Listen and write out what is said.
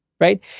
Right